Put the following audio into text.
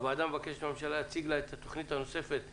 הוועדה מבקשת מהממשלה להציג לה את התוכנית הנוספת לסיוע.